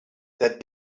that